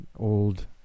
Old